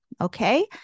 Okay